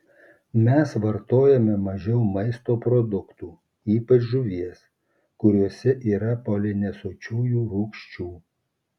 mes vartojame mažiau maisto produktų ypač žuvies kuriuose yra polinesočiųjų rūgščių